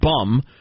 bum